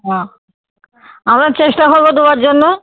ও আমরা চেষ্টা করবো দেওয়ার জন্য